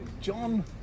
john